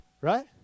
Right